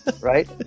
Right